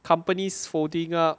companies holding up